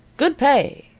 good pay.